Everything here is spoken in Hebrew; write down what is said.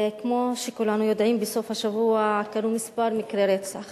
כמו שכולנו יודעים, בסוף השבוע קרו כמה מקרי רצח